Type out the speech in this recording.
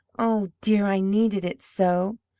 oh, dear, i needed it so.